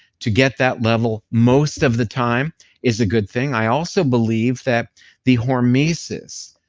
to get that level most of the time is a good thing. i also believe that the hormesis,